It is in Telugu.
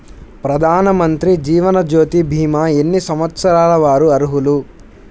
ప్రధానమంత్రి జీవనజ్యోతి భీమా ఎన్ని సంవత్సరాల వారు అర్హులు?